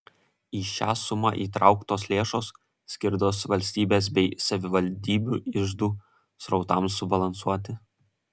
į šią sumą įtrauktos lėšos skirtos valstybės bei savivaldybių iždų srautams subalansuoti